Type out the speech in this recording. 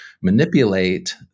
manipulate